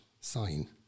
sign